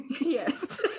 Yes